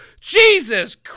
Jesus